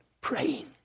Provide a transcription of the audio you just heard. praying